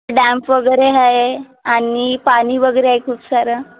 damp वगैरे आहे आणि पाणी वगैरे आहे खूप सारं